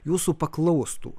jūsų paklaustų